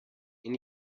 این